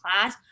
class